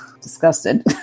disgusted